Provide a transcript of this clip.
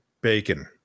bacon